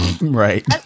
right